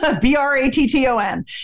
B-R-A-T-T-O-N